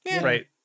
right